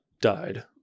died